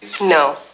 No